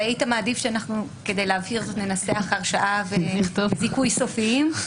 היית מעדיף שאנחנו ננסח הרשעה וזיכוי סופיים?